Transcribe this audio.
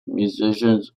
musicians